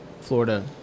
Florida